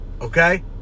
okay